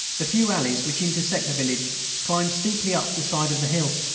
the few alleys which intersect the village climb steeply up the side of the hill.